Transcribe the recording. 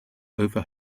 over